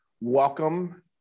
Welcome